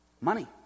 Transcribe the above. Money